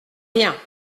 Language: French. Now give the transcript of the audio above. rien